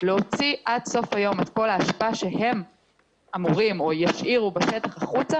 להוציא עד סוף היום את כל האשפה שהם אמורים או ישאירו בשטח החוצה